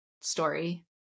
story